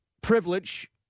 privilege